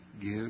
give